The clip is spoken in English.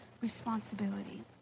responsibility